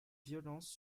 violences